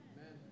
Amen